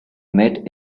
met